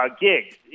gigs